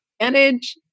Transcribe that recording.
manage